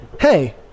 hey